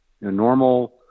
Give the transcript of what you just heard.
normal